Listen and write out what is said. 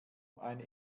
eine